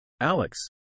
Alex